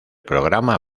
programa